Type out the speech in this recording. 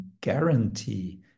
guarantee